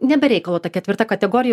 ne be reikalo ta ketvirta kategorija